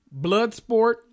Bloodsport